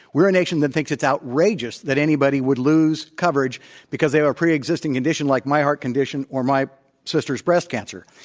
we're a nation that thinks it's outrageous that anybody would lose coverage because there are pre-existing condition like my heart condition or my sister's breast cancer.